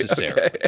okay